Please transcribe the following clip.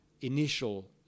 initial